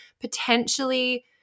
potentially